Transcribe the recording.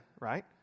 Right